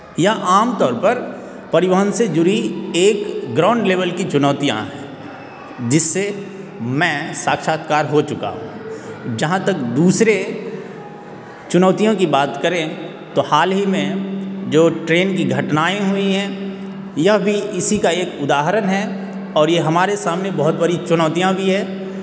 या आमतौर पर परिवहन से जुड़ी एक ग्राउंड लेवल की चुनौतियाँ हैं जिससे मैं साक्षात्कार हो चुका हूँ जहाँ तक दूसरे चुनौतियों की बात करें तो हाल ही में जो ट्रेन की घटनाएँ हुई है या फिर इसी का एक उदाहरण है और यह हमारे सामने बहुत बड़ी चुनौतियाँ भी है